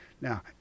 Now